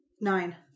Nine